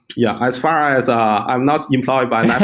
yeah, as far as i'm not employed by yeah